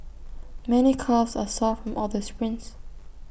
many calves are sore from all the sprints